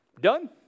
done